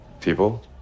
people